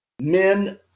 men